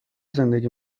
زندگی